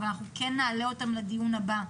אבל אנחנו כן נעלה אותם לדיון הבא,